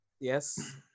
Yes